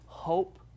hope